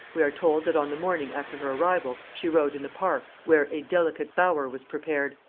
we are told that on the morning after her arrival she rode in the park, where a delicate bower was prepared,